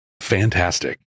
fantastic